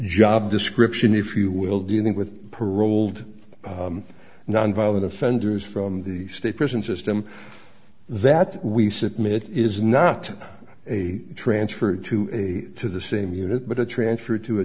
job description if you will dealing with paroled nonviolent offenders from the state prison system that we submit is not a transfer to the same unit but a transfer to a